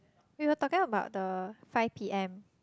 we were talking about the five P_M